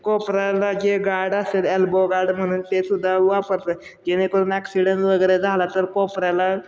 कोपऱ्याला जे गार्ड असेल elbow guard म्हणून तेसुद्धा वापरतात जेणेकरून ॲक्सिडेंट वगैरे झाला तर कोपऱ्याला